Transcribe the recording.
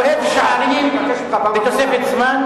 אני אוהב שערים בתוספת זמן,